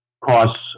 costs